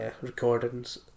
recordings